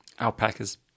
Alpacas